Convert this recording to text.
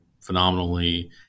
phenomenally